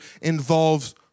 involves